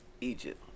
Egypt